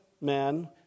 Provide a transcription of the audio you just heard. men